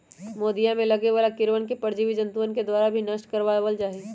मोदीया में लगे वाला कीड़वन के परजीवी जंतुअन के द्वारा भी नष्ट करवा वल जाहई